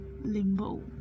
limbo